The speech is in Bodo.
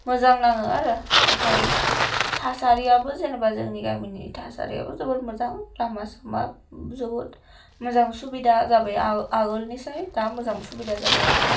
मोजां नाङो आरो ओमफ्राय थासारियाबो जेनेबा जोंनि गामिनि थासारियाबो जोबोर मोजां लामा सामा जोबोद मोजां सुबिदा जाबाय आरो आगोलनिसाय दा मोजां सुबिदा जाबाय आरो ना